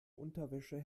unterwäsche